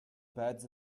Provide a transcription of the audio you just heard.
beds